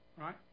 right